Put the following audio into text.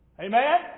Amen